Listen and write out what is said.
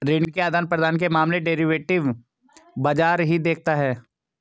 ऋण के आदान प्रदान के मामले डेरिवेटिव बाजार ही देखता है